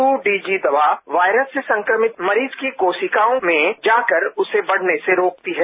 ट्र DG दवा virus से संक्रमित मरीज की कोशिकाओं में जाकर उसे बढ़ने से रोकती है